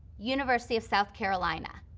university of south carolina,